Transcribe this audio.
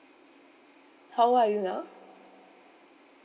how old are you now